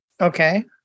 okay